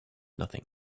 nothing